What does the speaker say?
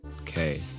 Okay